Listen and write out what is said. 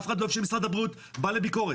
אף אחד לא אוהב שמשרד הבריאות בא לביקורת.